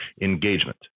engagement